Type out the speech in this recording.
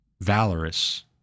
valorous